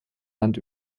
land